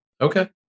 okay